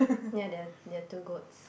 ya there're there're two goats